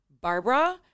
Barbara